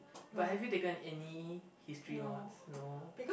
but have you taken any history mods no